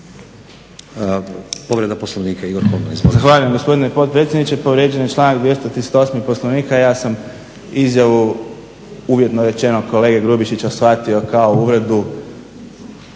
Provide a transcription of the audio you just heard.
Povreda Poslovnika Igor Kolman.